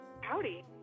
Howdy